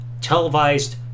televised